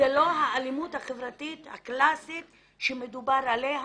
זאת לא האלימות החברתית הקלאסית עליה